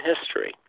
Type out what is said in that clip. history